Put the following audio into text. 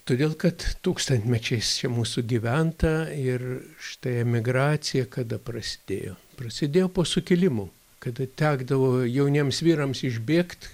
todėl kad tūkstantmečiais čia mūsų gyventa ir štai emigracija kada prasidėjo prasidėjo po sukilimo kada tekdavo jauniems vyrams išbėgt